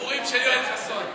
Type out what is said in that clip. הסיפורים של יואל חסון.